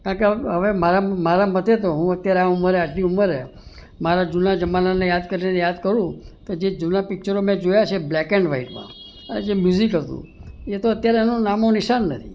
કારણ કે હવે મારા મતે તો હું અત્યારે આ ઉંમરે આટલી ઉંમરે મારા જુના જમાનાને યાદ કરીને યાદ કરૂં તો જે જુના પિક્ચરો મેં જોયા છે બ્લેક એન વ્હાઇટમાં અને જે મ્યુઝિક હતું એ તો અત્યારે એનું નામોનિશાન નથી